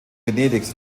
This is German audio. venedigs